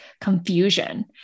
confusion